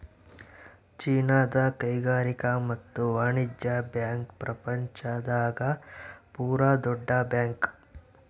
ಚೀನಾದ ಕೈಗಾರಿಕಾ ಮತ್ತು ವಾಣಿಜ್ಯ ಬ್ಯಾಂಕ್ ಪ್ರಪಂಚ ದಾಗ ಪೂರ ದೊಡ್ಡ ಬ್ಯಾಂಕ್